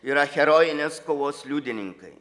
yra herojinės kovos liudininkai